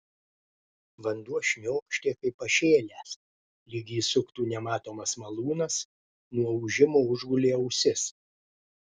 vanduo šniokštė kaip pašėlęs lyg jį suktų nematomas malūnas nuo ūžimo užgulė ausis